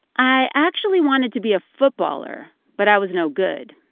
i actually wanted to be a footballer, but i was no good.